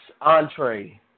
entree